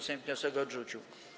Sejm wniosek odrzucił.